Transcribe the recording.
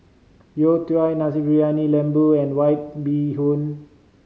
youtiao Nasi Briyani Lembu and White Bee Hoon